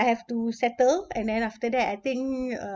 I have to settle and then after that I think uh